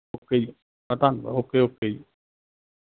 okay ਜੀ ਧੰਨਵਾਦ okay okay ਜੀ